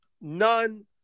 none